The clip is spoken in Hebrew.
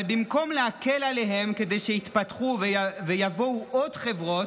אבל במקום להקל עליהן כדי שיתפתחו ויבואו עוד חברות,